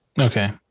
Okay